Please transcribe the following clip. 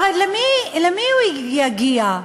הרי למי הוא יגיע?